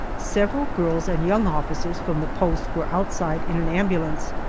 several girls and young officers from the post were outside in an ambulance,